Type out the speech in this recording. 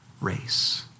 race